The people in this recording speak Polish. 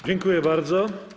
Dziękuję bardzo.